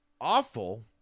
awful